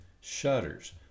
Shutters